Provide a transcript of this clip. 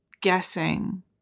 guessing